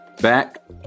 Back